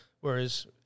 whereas